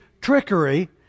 trickery